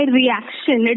reaction